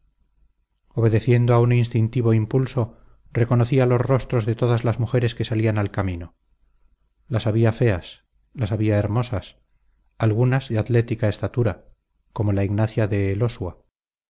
obedeciendo a un instintivo impulso reconocía los rostros de todas las mujeres que salían al camino las había feas las había hermosas algunas de atlética estatura como la ignacia de elosua